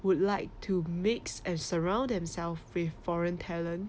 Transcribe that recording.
would like to mix and surround themselves with foreign talent